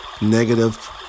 Negative